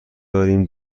داریم